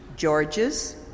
George's